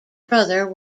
brother